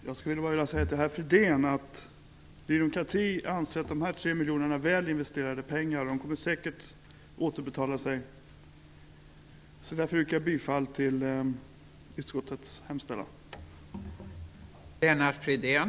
Fru talman! Till Lennart Fridén skulle jag vilja säga att Ny demokrati anser att de tre miljonerna är väl investerade pengar. De kommer säkert att återbetala sig. Jag yrkar därför bifall till utskottets hemställan.